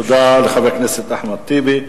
תודה לחבר הכנסת אחמד טיבי.